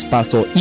Pastor